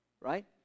right